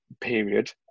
period